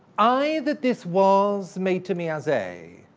i that this was made to me as a,